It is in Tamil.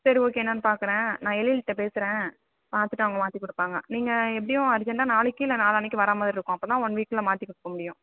சரி ஓகே என்னான்னு பார்க்கறேன் நான் எழில்கிட்ட பேசறேன் பார்த்துட்டு அவங்க மாற்றி கொடுப்பாங்க நீங்கள் எப்படியும் அர்ஜெண்டாக நாளைக்கு இல்லை நாளான்னைக்கு வர மாதிரி இருக்கும் அப்போதா ஒன் வீக்கில் மாற்றி கொடுக்க முடியும்